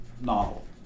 novel